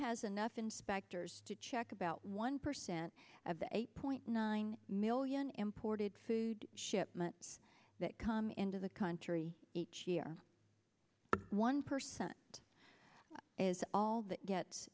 has enough inspectors to check about one percent of the eight point nine million imported food shipments that come into the country each year one percent is all that gets